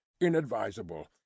inadvisable